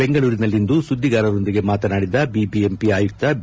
ಬೆಂಗಳೂರಿನಲ್ಲಿರಂದು ಸುದ್ದಿಗಾರರೊಂದಿಗೆ ಮಾತನಾಡಿದ ಬಿಬಿಎಂಪಿ ಆಯುಕ್ತ ಬಿ